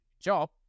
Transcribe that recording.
job